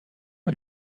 est